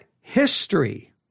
history